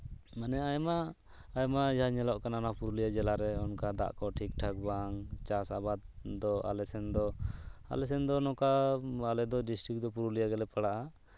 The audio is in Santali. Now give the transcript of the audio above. ᱢᱟᱱᱮ ᱟᱭᱢᱟ ᱟᱭᱢᱟ ᱡᱟ ᱧᱮᱞᱚᱜ ᱠᱟᱱᱟ ᱯᱩᱨᱩᱞᱤᱭᱟᱹ ᱡᱤᱞᱟ ᱨᱮ ᱚᱱᱠᱟ ᱫᱟᱜ ᱠᱚ ᱴᱷᱤᱠ ᱴᱷᱟᱠ ᱵᱟᱝ ᱪᱟᱥ ᱟᱵᱟᱫ ᱫᱚ ᱟᱞᱮ ᱥᱮᱱ ᱫᱚ ᱟᱞᱮ ᱥᱮᱱ ᱫᱚ ᱱᱚᱝᱠᱟ ᱟᱞᱮᱫᱚ ᱰᱤᱥᱴᱤᱠ ᱫᱚ ᱯᱩᱨᱩᱞᱤᱭᱟᱹ ᱜᱮᱞᱮ ᱯᱟᱲᱟᱜᱼᱟ